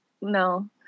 no